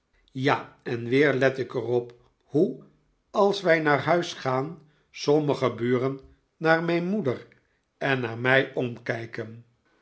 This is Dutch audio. ja en weer let ik er op hoe als wij naar huis gaan sommige buren naar mijn moeder en naar mij omkijken